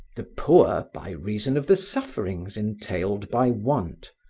the poor by reason of the sufferings entailed by want,